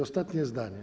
Ostatnie zdanie.